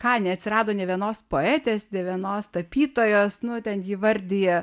ką neatsirado nė vienos poetės nė vienos tapytojos nu ten ji vardija